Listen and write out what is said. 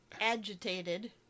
agitated